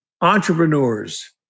entrepreneurs